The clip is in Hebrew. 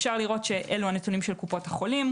אלה הנתונים של קופות החולים,